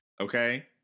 Okay